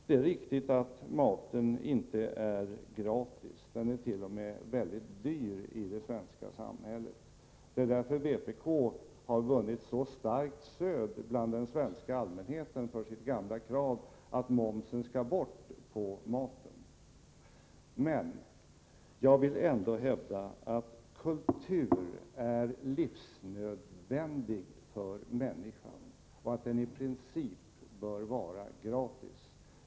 Det är riktigt att maten inte är gratis, den är t.o.m. väldigt dyr i Sverige — det är därför vpk har vunnit så starkt stöd hos den svenska allmänheten för sitt gamla krav att momsen skall bort på maten. Men, jag vill ändå hävda att kulturen är livsnödvändig för människan och att den i princip bör vara gratis.